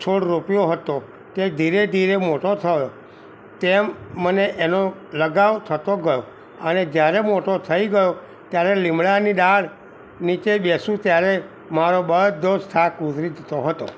છોડ રોપ્યો હતો તે ધીરે ધીરે મોટો થયો તેમ મને એનો લગાવ થતો ગયો અને જ્યારે મોટો થઈ ગયો ત્યારે લીંબડાની ડાળ નીચે બેસું ત્યારે મારો બધો જ થાક ઉતરી જતો હતો